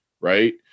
Right